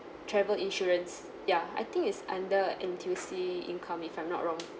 travel insurance ya I think is under N_T_U_C income if I'm not wrong